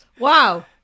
wow